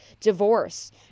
divorce